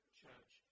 church